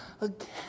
again